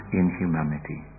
inhumanity